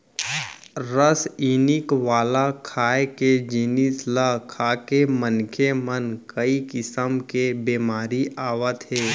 रसइनिक वाला खाए के जिनिस ल खाके मनखे म कइ किसम के बेमारी आवत हे